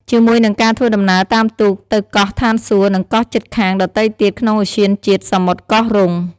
ជាមួយនិងការធ្វើដំណើរតាមទូកទៅកោះឋានសួគ៌ និងកោះជិតខាងដទៃទៀតក្នុងឧទ្យានជាតិសមុទ្រកោះរ៉ុង។